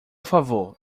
favor